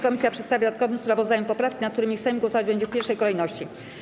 Komisja przedstawia w dodatkowym sprawozdaniu poprawki, nad którymi Sejm głosować będzie w pierwszej kolejności.